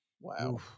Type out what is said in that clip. Wow